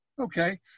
Okay